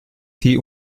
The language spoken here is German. die